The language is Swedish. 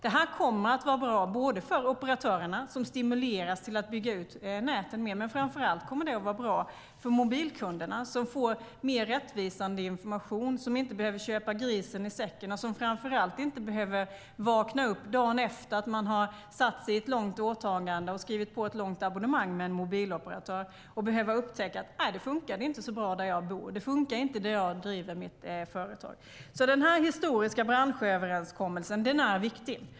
Det här kommer att vara bra för operatörerna som stimuleras till att bygga ut näten mer, men framför allt kommer det att vara bra för mobilkunderna som kommer att få mer rättvisande information, som inte behöver köpa grisen i säcken och som framför allt inte behöver vakna upp dagen efter att de har skrivit på ett långt abonnemang med en mobiloperatör och upptäcka att det inte funkar så bra där de bor eller där de driver sitt företag. Den här historiska branschöverenskommelsen är viktig.